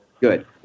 Good